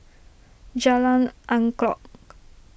Jalan Angklong